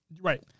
right